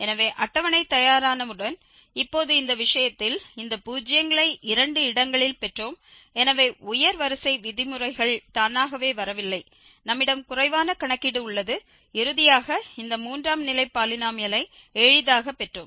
எனவே அட்டவணை தயாரானவுடன் இப்போது இந்த விஷயத்தில் இந்த பூஜ்ஜியங்களை இரண்டு இடங்களில் பெற்றோம் எனவே உயர் வரிசை விதிமுறைகள் தானாகவே வரவில்லை நம்மிடம் குறைவான கணக்கீடு உள்ளது இறுதியாக இந்த மூன்றாம் நிலை பாலினோமியலை எளிதாகப் பெற்றோம்